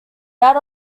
that